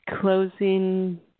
closing